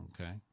Okay